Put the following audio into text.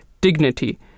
dignity